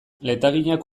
letaginak